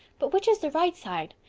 but which is the right side?